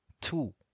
two